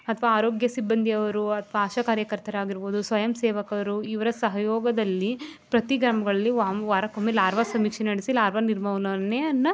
ಅಥವ ಆರೋಗ್ಯ ಸಿಬ್ಬಂದಿಯವರು ಅಥವಾ ಆಶಾ ಕಾರ್ಯಕರ್ತರಾಗಿರಬಹುದು ಸ್ವಯಂ ಸೇವಕರು ಇವರ ಸಹಯೋಗದಲ್ಲಿ ಪ್ರತಿ ಗ್ರಾಮಗಳಲ್ಲಿ ವಾರಕ್ಕೊಮ್ಮೆ ಲಾರ್ವ ಸಮೀಕ್ಷೆ ನಡೆಸಿ ಲಾರ್ವ ನಿರ್ಮೂಲನೆಯನ್ನ